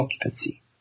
occupancy